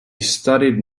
studied